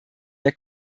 der